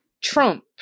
Trump